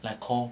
like call